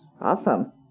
Awesome